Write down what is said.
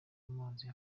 amazi